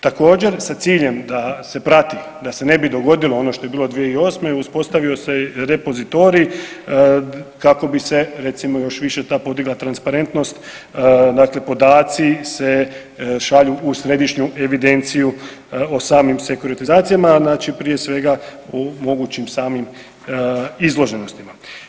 Također sa ciljem da se prati, da se ne bi dogodilo ono što je bilo 2008., uspostavio se repozitorij kako bi se recimo još više ta podigla transparentnost, dakle podaci se šalju u središnju evidenciju o samim sekuritizacijama, a znači prije svega u mogućim samim izloženostima.